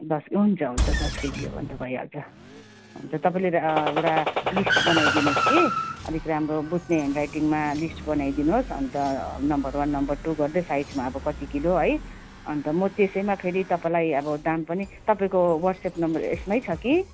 दस हुन्छ हुन्छ दस केजी हो भने त भइहाल्छ हुन्छ तपाईँले एउटा लिस्ट बनाइदिनोस् कि अलिक राम्रो बुझ्ने हेन्डराइटिङमा लिस्ट बनाइदिनोस् अन्त नम्बर वान नम्बर टु गर्दै साइडमा अब कति किलो है अन्त म त्यसैमा फेरि तपाईँलाई अब दाम पनि तपाईँको वाट्सएप नम्बर यसमै छ कि